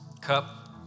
cup